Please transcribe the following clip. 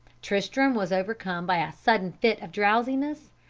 tristram was overcome by a sudden fit of drowsiness,